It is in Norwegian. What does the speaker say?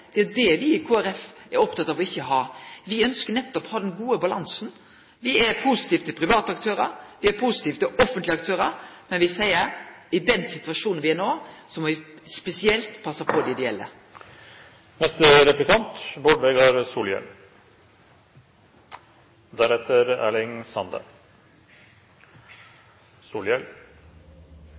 er det me i Kristeleg Folkeparti er opptekne av ikkje å ha. Me ønskjer nettopp å ha den gode balansen. Me er positive til private aktørar, og me er positive til offentlege aktørar, men me seier: I den situasjon som me er i no, må me spesielt passe på dei ideelle.